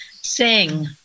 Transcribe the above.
sing